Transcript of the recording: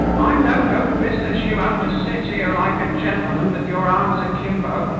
i know no business you have to sit here like a gentleman with your arms akimbo,